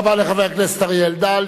תודה רבה לחבר הכנסת אריה אלדד.